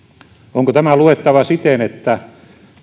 onko tämä luettava siten että